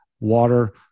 water